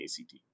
ACT